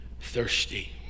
thirsty